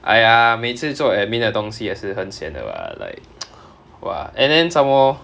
!aiya! 每次做 admin 的东西也是很 sian 的 [what] like !wah! and then some more